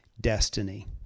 destiny